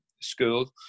School